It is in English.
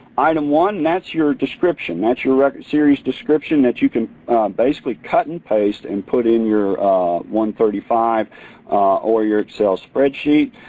item one, that's your description, that's your record series description that you can basically cut and paste and put in your thirty five or your excel spreadsheet.